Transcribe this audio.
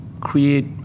create